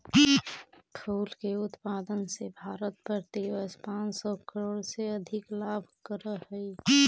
फूल के उत्पादन से भारत प्रतिवर्ष पाँच सौ करोड़ से अधिक लाभ करअ हई